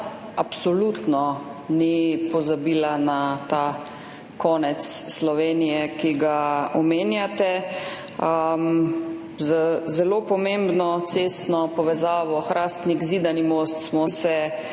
absolutno ni pozabila na ta konec Slovenije, ki ga omenjate. Z zelo pomembno cestno povezavo Hrastnik–Zidani Most smo se